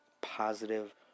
positive